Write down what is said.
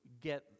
get